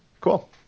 Cool